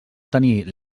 tenir